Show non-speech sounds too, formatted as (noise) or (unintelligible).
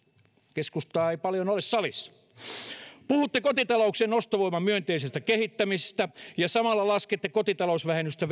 keskustaa ei paljon ole salissa puhutte kotitalouksien ostovoiman myönteisestä kehittämisestä ja samalla laskette kotitalousvähennystä (unintelligible)